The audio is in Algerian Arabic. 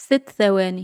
ست ثواني.